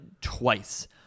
twice